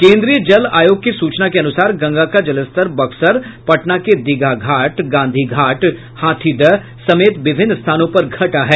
केन्द्रीय जल आयोग की सूचना के अनुसार गंगा का जलस्तर बक्सर पटना के दीघा घाट गांधी घाट हाथीदह समेत विभिन्न स्थानों पर घटा है